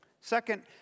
Second